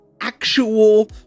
actual